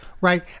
right